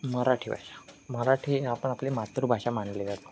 मराठी भाषा मराठी आपण आपली मातृभाषा मानली जातो